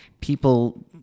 people